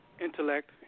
intellect